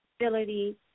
ability